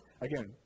Again